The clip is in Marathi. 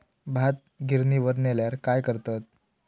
भात गिर्निवर नेल्यार काय करतत?